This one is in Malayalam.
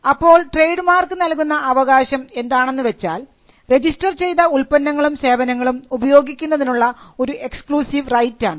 അപ്പോൾ ട്രേഡ് മാർക്ക് നൽകുന്ന അവകാശം എന്താണെന്നുവെച്ചാൽ രജിസ്റ്റർ ചെയ്ത ഉൽപ്പന്നങ്ങളും സേവനങ്ങളും ഉപയോഗിക്കുന്നതിനുള്ള ഒരു എക്സ്ക്ലൂസീവ് റൈറ്റ് ആണ്